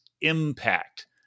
impact